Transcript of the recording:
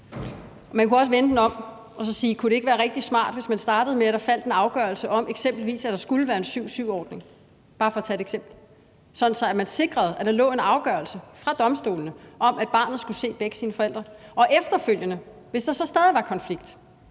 Man kunne også vende det om og spørge, om det ikke kunne være rigtig smart, hvis man startede med, at der faldt en afgørelse om, at det eksempelvis skulle være en 7-7-ordning – bare for at tage et eksempel – så man sikrede, at der lå en afgørelse fra domstolene om, at barnet skulle se begge sine forældre. Hvis der så efterfølgende stadig er konflikter,